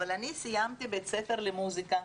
אני סיימתי בית ספר למוסיקה.